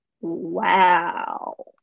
wow